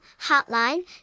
hotline